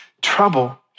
trouble